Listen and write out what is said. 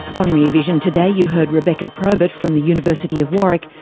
on rear vision today, you heard rebecca probert from the university of warwick,